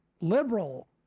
liberal